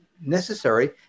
necessary